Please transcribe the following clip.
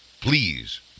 Please